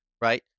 right